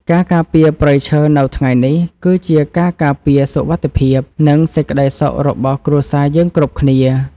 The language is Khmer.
ការការពារព្រៃឈើនៅថ្ងៃនេះ គឺជាការការពារសុវត្ថិភាព និងសេចក្តីសុខរបស់គ្រួសារយើងគ្រប់គ្នា។